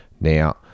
Now